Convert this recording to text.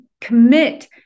commit